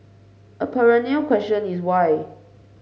a perennial question is why